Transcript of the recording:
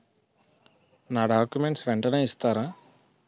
నా డాక్యుమెంట్స్ వెంటనే ఇస్తారా?